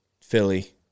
Philly